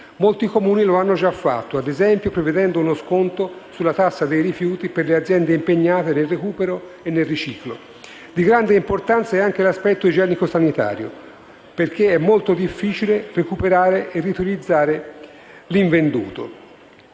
Molti Comuni lo hanno già fatto, prevedendo - ad esempio - uno sconto sulla tassa dei rifiuti per le aziende impegnate nel recupero e nel riciclo. Di grande importanza è anche l'aspetto igienico-sanitario, perché è molto difficile recuperare e riutilizzare l'invenduto.